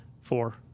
Four